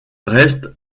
reste